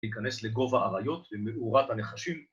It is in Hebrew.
‫להיכנס לגוב האריות ומאורת הנחשים.